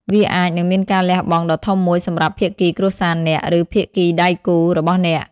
វាអាចនឹងមានការលះបង់ដ៏ធំមួយសម្រាប់ភាគីគ្រួសារអ្នក ឬភាគីដៃគូរបស់អ្នក។